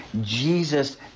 Jesus